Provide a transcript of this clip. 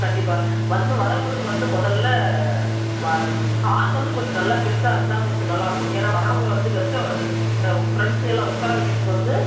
கண்டிப்பாக வந்து வரவங்களுக்கு வந்து முதல்ல வா ஹால் வந்து கொஞ்சம் நல்லா பெருசாக இருந்தால் கொஞ்சம் நல்லாயிருக்கும் ஏன்னால் வரவங்க வந்து கெஸ்ட் ஃப்ரெண்ட்ஸுகள் எல்லாம் உட்கார வைக்கிறதுக்கு வந்து